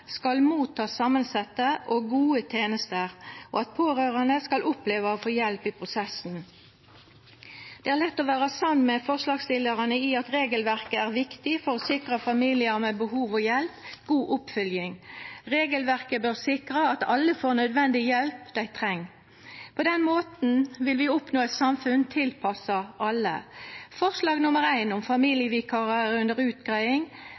skal få samansette og gode tenester, og at pårørande skal oppleva å få hjelp i prosessen. Det er lett å vera samd med forslagsstillarane i at regelverket er viktig for å sikra familiar med behov og hjelp god oppfølging. Regelverket bør sikra at alle får den nødvendige hjelpa dei treng. På den måten vil vi oppnå eit samfunn tilpassa alle. Forslag nr. 1, om familievikarar, er under utgreiing.